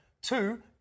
Two